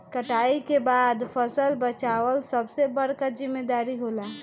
कटाई के बाद फसल बचावल सबसे बड़का जिम्मेदारी होला